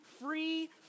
free